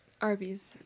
Arby's